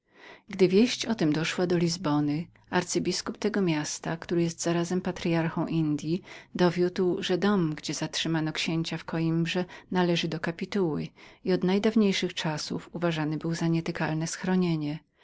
gdy wieść o tem doszła do lizbony arcybiskup tego miasta który jest zarazem patryarchą indji dowiódł że dom gdzie zatrzymano księcia w koimbrze należał do kapituły że od najdawniejszych czasów uważanym był za nietykalne schronienie